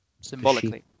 symbolically